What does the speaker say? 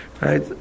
right